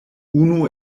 unu